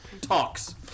talks